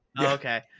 okay